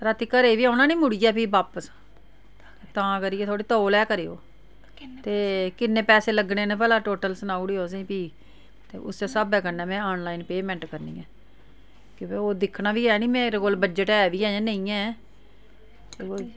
राती घरै बी औना नी मुड़ियै फ्ही बापस तां करियै थोह्ड़ी तौल गै करेओ ते किन्ने पैसे लग्गने न भला टोटल सनाउड़ेओ असेंगी फ्ही ते उस्सै स्हाबै कन्नै में आनलाइन पेमैंट करनी ऐ कि फ्ही ओह् दिक्खना बी ऐ ना मेरे कोल बजट ऐ बी ऐ जा नेईं ऐ